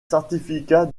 certificat